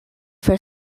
for